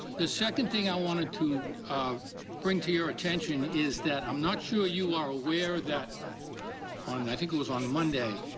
the second thing i wanted to bring to your attention is i'm not sure you are aware that on i think it was on monday,